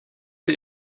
sie